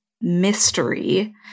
mystery